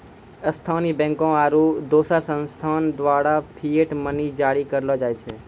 स्थानीय बैंकों आरू दोसर संस्थान द्वारा फिएट मनी जारी करलो जाय छै